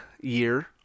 year